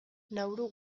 nauru